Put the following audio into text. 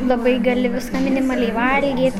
labai gali viską minimaliai valgyt